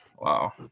wow